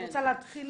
את רוצה להתחיל?